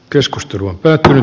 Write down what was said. keskustelua päätä